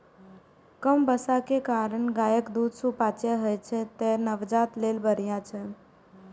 कम बसा के कारणें गायक दूध सुपाच्य होइ छै, तें नवजात लेल बढ़िया छै